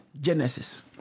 Genesis